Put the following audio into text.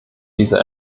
diese